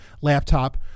laptop